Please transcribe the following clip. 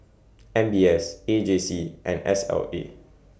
M B S A J C and S L A